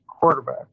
quarterback